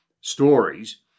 stories